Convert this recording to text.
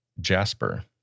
Jasper